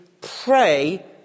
pray